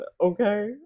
okay